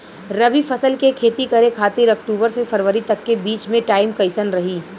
रबी फसल के खेती करे खातिर अक्तूबर से फरवरी तक के बीच मे टाइम कैसन रही?